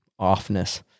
offness